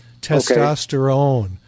testosterone